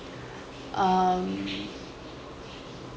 um